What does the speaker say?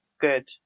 good